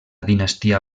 dinastia